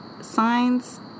signs